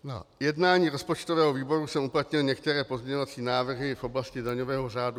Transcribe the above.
Na jednání rozpočtového výboru jsem uplatnil některé pozměňovací návrhy v oblasti daňového řádu.